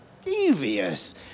devious